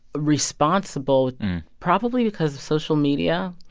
responsible probably because of social media